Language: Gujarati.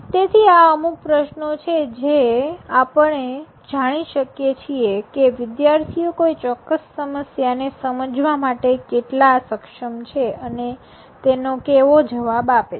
તેથી આ અમુક પ્રશ્નો છે જે આપણે જાણી શકીએ છીએ કે વિદ્યાર્થીઓ કોઈ ચોક્કસ સમસ્યાને સમજવા માટે કેટલા સક્ષમ છે અને તેનો કેવો જવાબ આપે છે